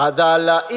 Adala